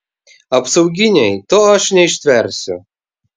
apsauginiai to aš neištversiu